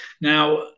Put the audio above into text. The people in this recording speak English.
Now